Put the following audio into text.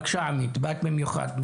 בבקשה עמית, באת במיוחד.